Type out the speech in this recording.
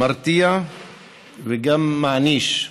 מרתיע וגם מעניש,